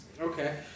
Okay